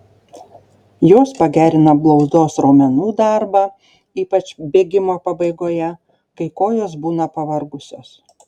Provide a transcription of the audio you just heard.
jos pagerina blauzdos raumenų darbą ypač bėgimo pabaigoje kai kojos būna pavargusios